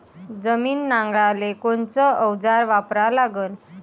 जमीन नांगराले कोनचं अवजार वापरा लागन?